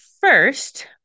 first